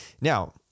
Now